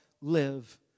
live